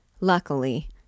Luckily